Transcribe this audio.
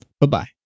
Bye-bye